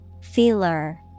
Feeler